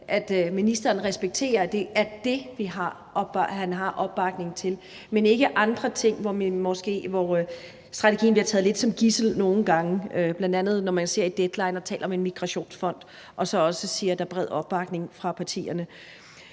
at ministeren respekterer, at det er det, han har opbakning til, men måske ikke andre ting, hvor strategien nogle gange bliver taget lidt som gidsel, bl.a. når man ser i Deadline og der tales om en migrationsfond og der så også siges, at der er bred opbakning fra partierne.